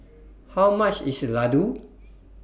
How much IS Ladoo